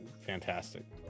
Fantastic